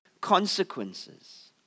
consequences